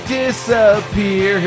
disappear